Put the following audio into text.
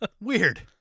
Weird